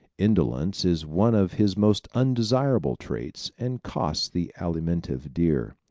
indolence is one of his most undesirable traits and costs the alimentive dear.